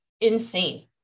insane